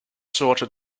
shorter